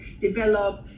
develop